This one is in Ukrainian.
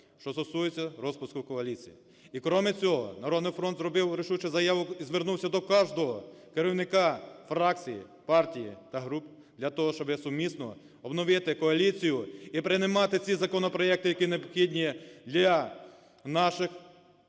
що стосується розпуску коаліції. І, крім цього, "Народний фронт" зробив рішучу заяву і звернувся до кожного керівника фракції, партії та груп для того, щоб сумісно обновити коаліцію і приймати ці законопроекти, які необхідні для наших,